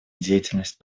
деятельность